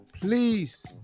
please